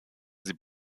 sie